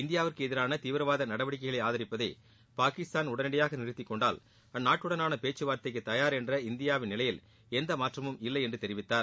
இந்தியாவிற்கு எதிரான தீவிரவாத நடவடிக்கைகளை ஆதரிப்பதை பாகிஸ்தான் உடனடியாக நிறுத்தி கொண்டால் அந்நாட்டுடனாள பேச்சு வார்த்தைக்கு தயார் என்ற இந்தியாவின் நிலையில் எந்த மாற்றமும் இல்லை என்று தெரிவித்தார்